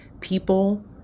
people